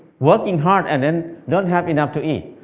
working hard and then not have enough to eat,